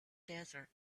desert